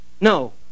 No